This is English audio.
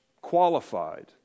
qualified